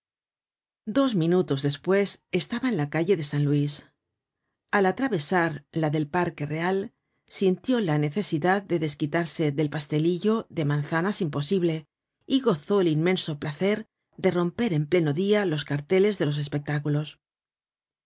dos minutos despues estaba en la calle de san luis al atravesar la del parque real sintió la necesidad de desquitarse del pastelillo de manzanas imposible y gozó el inmenso placer de romper en pleno dia los carteles de los espectáculos